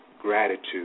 gratitude